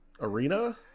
Arena